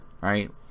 Right